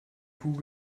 kuh